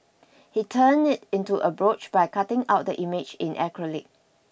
he turned it into a brooch by cutting out the image in acrylic